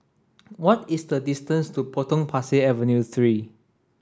what is the distance to Potong Pasir Avenue three